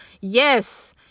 Yes